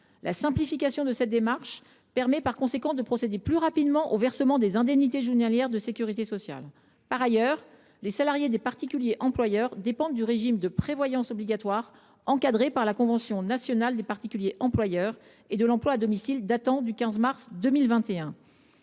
La simplification de cette démarche permet, par conséquent, de procéder plus rapidement au versement des indemnités journalières de sécurité sociale. Par ailleurs, les salariés des particuliers employeurs dépendent du régime de prévoyance obligatoire, encadré par la convention nationale des particuliers employeurs et de l’emploi à domicile datant du 15 mars 2021.